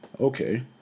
Okay